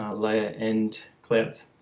layer and clouds